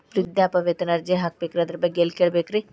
ವೃದ್ಧಾಪ್ಯವೇತನ ಅರ್ಜಿ ಹಾಕಬೇಕ್ರಿ ಅದರ ಬಗ್ಗೆ ಎಲ್ಲಿ ಕೇಳಬೇಕ್ರಿ?